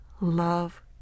Love